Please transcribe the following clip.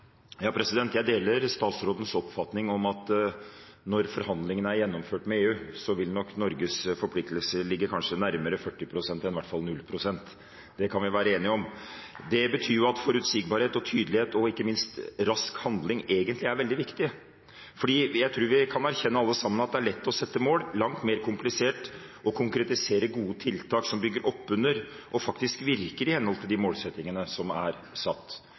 gjennomført med EU, vil nok Norges forpliktelser ligge kanskje nærmere 40 pst. enn i hvert fall 0 pst. Det kan vi være enige om. Det betyr at forutsigbarhet og tydelighet og ikke minst rask handling egentlig er veldig viktig. For jeg tror vi kan erkjenne alle sammen at det er lett å sette mål, langt mer komplisert å konkretisere gode tiltak som bygger opp under og faktisk virker i henhold til de målsettingene som er satt.